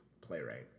playwright